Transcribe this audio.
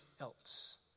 else